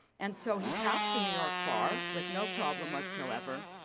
and so he passed the new york bar with no problem whatsoever.